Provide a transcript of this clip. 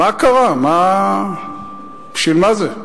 מה קרה, בשביל מה זה?